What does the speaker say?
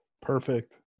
Perfect